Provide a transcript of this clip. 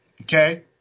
Okay